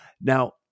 Now